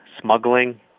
smuggling